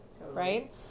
right